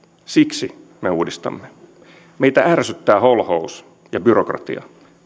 siksi me uudistamme meitä ärsyttää holhous ja byrokratia